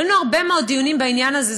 היו לנו הרבה מאוד דיונים בעניין הזה.